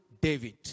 David